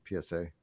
PSA